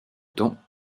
temps